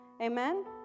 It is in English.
Amen